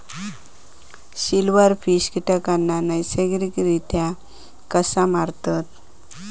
Silverfish कीटकांना नैसर्गिकरित्या कसा मारतत?